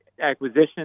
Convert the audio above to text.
acquisition